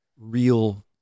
real